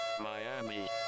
Miami